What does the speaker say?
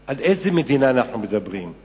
מדינה, על איזו מדינה אנחנו מדברים?